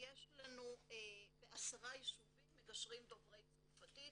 יש לנו בעשרה ישובים מגשרים דוברי צרפתית,